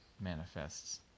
manifests